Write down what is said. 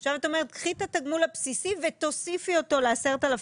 עכשיו את אומרת קחי את התגמול הבסיסי ותוסיפי אותו ל-10,244.